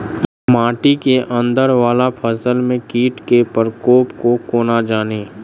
माटि केँ अंदर वला फसल मे कीट केँ प्रकोप केँ कोना जानि?